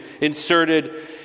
inserted